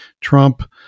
Trump